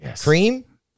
Cream